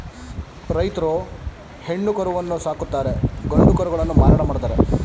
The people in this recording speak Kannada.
ರೈತ್ರು ಹೆಣ್ಣು ಕರುವನ್ನು ಸಾಕುತ್ತಾರೆ ಗಂಡು ಕರುಗಳನ್ನು ಮಾರಾಟ ಮಾಡ್ತರೆ